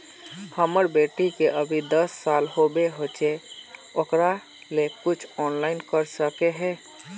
हमर बेटी के अभी दस साल होबे होचे ओकरा ले कुछ ऑनलाइन कर सके है?